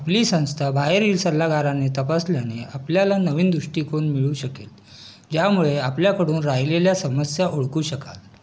आपली संस्था बाहेरील सल्लागाराने तपासल्याने आपल्याला नवीन दृष्टिकोन मिळू शकेल ज्यामुळे आपल्याकडून राहिलेल्या समस्या ओळखू शकाल